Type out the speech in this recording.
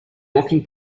walking